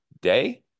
day